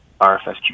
RFSQ